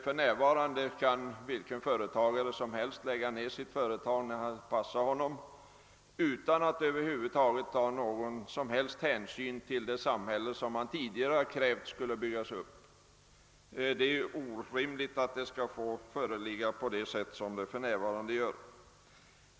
För närvarande kan vilken företagare som helst lägga ned sitt företag när det passar honom utan att ta någon hänsyn till det samhälle som han tidigare krävt skulle byggas upp. Det är ju orimligt att det skall få vara så.